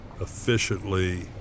efficiently